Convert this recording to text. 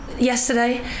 yesterday